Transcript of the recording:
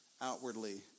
outwardly